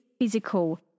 physical